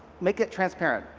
make it transapparent.